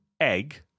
egg